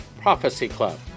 prophecyclub